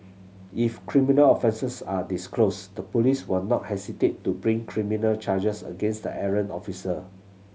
if criminal offences are disclosed the police will not hesitate to bring criminal charges against the errant officer